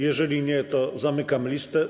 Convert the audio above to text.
Jeżeli nie, to zamykam listę.